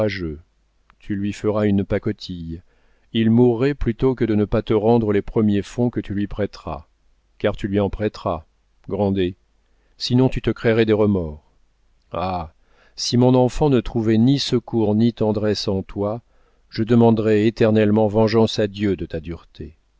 tu lui feras une pacotille il mourrait plutôt que de ne pas te rendre les premiers fonds que tu lui prêteras car tu lui en prêteras grandet sinon tu te créerais des remords ah si mon enfant ne trouvait ni secours ni tendresse en toi je demanderais éternellement vengeance à dieu de ta dureté